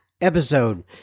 episode